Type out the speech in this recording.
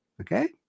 Okay